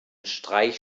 streich